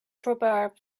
proverb